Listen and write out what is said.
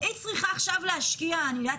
היא צריכה עכשיו להשקיע, אני יודע?